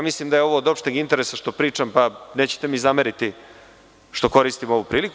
Mislim da je ovo od opšteg interesa što pričam, pa nećete mi zameriti što koristim ovu priliku.